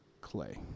clay